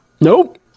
Nope